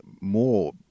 more